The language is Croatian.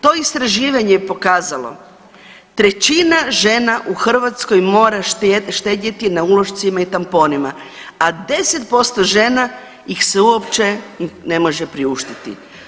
To istraživanje je pokazalo 1/3 žena u Hrvatskoj mora štedjeti na ulošcima i tamponima, a 10% žena ih si uopće ne može priuštiti.